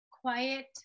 quiet